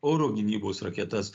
oro gynybos raketas